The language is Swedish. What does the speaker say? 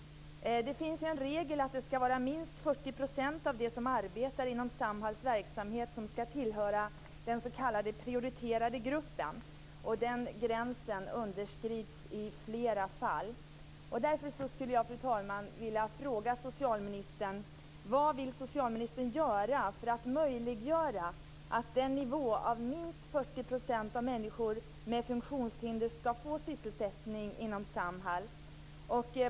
Det finns en regel om att minst 40 % av dem som arbetar i Samhalls verksamhet skall tillhöra den s.k. prioriterade gruppen. Den gränsen underskrids i flera fall. Därför skulle jag, fru talman, vilja ställa en fråga till socialministern.